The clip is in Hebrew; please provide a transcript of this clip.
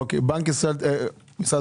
משרד